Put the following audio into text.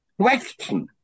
question